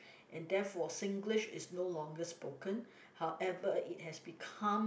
and therefore Singlish is no longer spoken however it has become